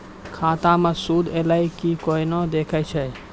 खाता मे सूद एलय की ने कोना देखय छै?